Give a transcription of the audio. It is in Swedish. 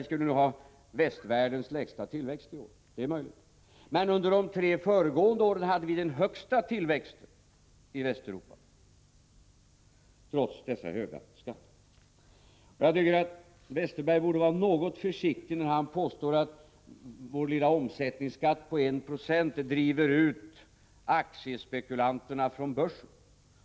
Vi skulle ha västvärldens lägsta tillväxt i år. Det är möjligt. Men under de tre föregående åren hade vi den högsta tillväxten i Västeuropa trots dessa höga skatter. Jag tycker att Westerberg borde vara något försiktig när han påstår att vår lilla omsättningsskatt på 1 26 driver ut aktiespekulanterna från börsen.